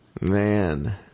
Man